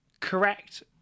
correct